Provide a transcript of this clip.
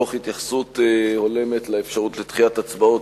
תוך התייחסות הולמת לאפשרות לדחיית הצבעות